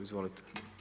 Izvolite.